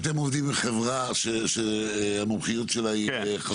אתם עובדים עם חברה שהמומחיות שלה היא --- כן,